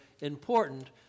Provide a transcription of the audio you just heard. important